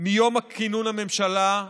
מיום כינון הממשלה,